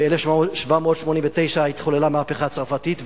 ב-1789 התחוללה המהפכה הצרפתית,